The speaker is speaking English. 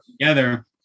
together